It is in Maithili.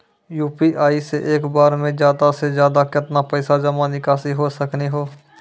यु.पी.आई से एक बार मे ज्यादा से ज्यादा केतना पैसा जमा निकासी हो सकनी हो?